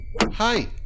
Hi